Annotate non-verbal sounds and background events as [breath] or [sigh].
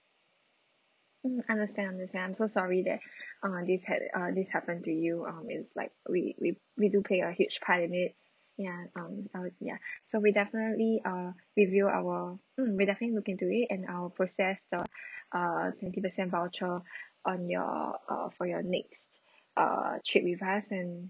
mm understand understand I'm so sorry that [breath] uh this had uh this happened to you um it's like we we we do play a huge part in it ya um uh ya so we'll definitely uh review our mm we'll definitely look into it and I'll process the [breath] uh twenty percent voucher on your uh for your next uh trip with us and